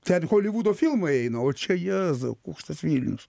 ten holivudo filmai eina o čia jezau koks tas vilnius